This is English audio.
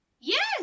Yes